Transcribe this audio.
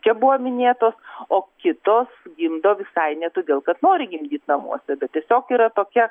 čia buvo minėtos o kitos gimdo visai ne todėl kad nori gimdyt namuose bet tiesiog yra tokia